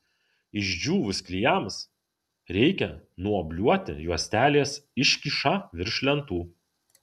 išdžiūvus klijams reikia nuobliuoti juostelės iškyšą virš lentų